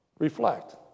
Reflect